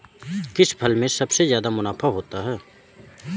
किस फसल में सबसे जादा मुनाफा होता है?